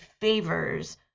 favors